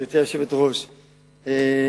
גברתי היושבת-ראש,